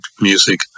music